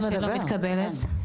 לתחושה שמתקבלת?